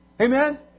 Amen